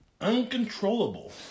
uncontrollable